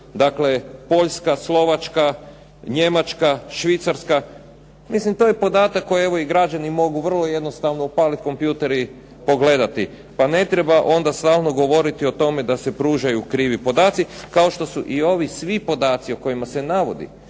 dakle Poljska, Slovačka, Njemačka, Švicarska. Mislim to je podatak koji građani mogu vrlo jednostavno upaliti kompjuter i pogledati, pa ne treba onda stalno govoriti o tome da se pružaju krivi podaci, kao što su svi ovi podaci u kojima se navodi